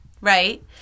right